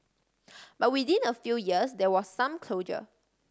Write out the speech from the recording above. but within a few years there was some closure